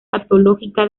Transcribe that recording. patológica